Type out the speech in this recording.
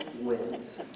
wins